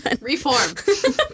Reform